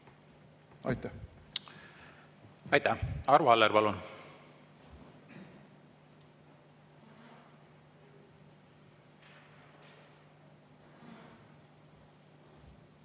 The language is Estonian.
Aitäh! Aitäh! Arvo Aller, palun!